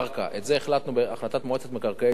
את זה החלטנו בהחלטת מועצת מקרקעי ישראל